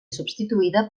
substituïda